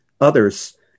others